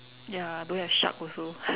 ya don't have shark also